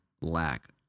lack